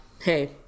Hey